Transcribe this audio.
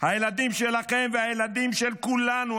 הילדים שלכם והילדים של כולנו,